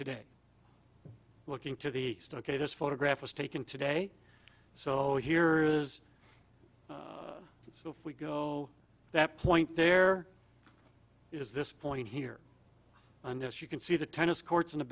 today looking to the east ok this photograph was taken today so here is so if we go that point there is this point here and yes you can see the tennis courts in the